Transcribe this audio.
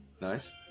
Nice